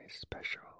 special